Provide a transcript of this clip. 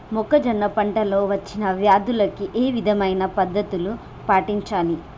మొక్కజొన్న పంట లో వచ్చిన వ్యాధులకి ఏ విధమైన పద్ధతులు పాటించాలి?